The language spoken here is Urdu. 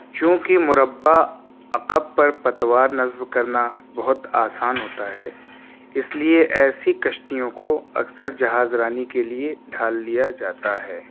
چونکہ مربع عقب پر پتوار نصب کرنا بہت آسان ہوتا ہے اس لیے ایسی کشتیوں کو اکثر جہاز رانی کے لیے ڈھال لیا جاتا ہے